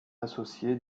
associé